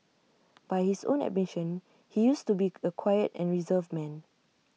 by his own admission he used to be A quiet and reserved man